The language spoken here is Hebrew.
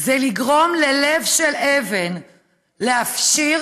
זה לגרום ללב של אבן להפשיר,